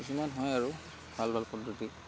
কিছুমান হয় আৰু ভাল ভাল পদ্ধতিত